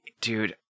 Dude